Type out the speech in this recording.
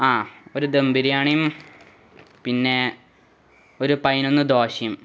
ആ ഒരു ദം ബിരിയാണിയും പിന്നെ ഒരു പതിനൊന്ന് ദോശയും